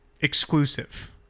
exclusive